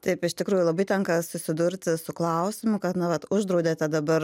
taip iš tikrųjų labai tenka susidurti su klausimu kad na vat uždraudėte dabar